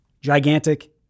gigantic